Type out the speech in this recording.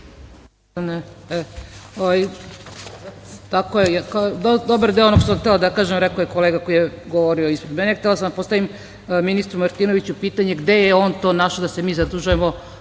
Dobar deo onoga što sam htela da kažem rekao je kolega koji je govorio ispred mene. Htela sam da postavim ministru Martinoviću pitanje – gde je on to našao da se mi zadužujemo